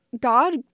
God